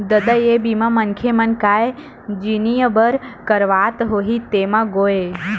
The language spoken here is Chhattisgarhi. ददा ये बीमा मनखे मन काय जिनिय बर करवात होही तेमा गोय?